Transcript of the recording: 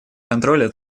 контроля